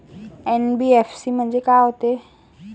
NBFC म्हणजे का होते?